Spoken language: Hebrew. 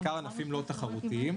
בעיקר בענפים לא תחרותיים,